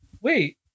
Wait